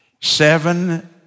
Seven